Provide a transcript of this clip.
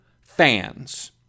fans